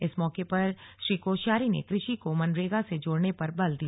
इस मौके पर कोश्यारी ने कृषि को मनरेगा से जोड़ने पर बल दिया